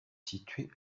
située